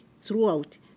throughout